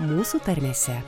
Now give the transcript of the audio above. mūsų tarmėse